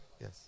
Yes